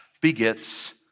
begets